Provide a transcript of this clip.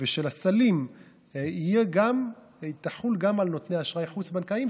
ושל הסלים תחול גם על נותני אשראי חוץ-בנקאיים,